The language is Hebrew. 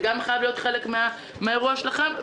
זה גם חייב להיות חלק מן האירוע שלכם.